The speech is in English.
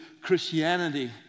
Christianity